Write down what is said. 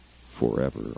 forever